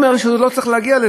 אין ביטחון צרכני.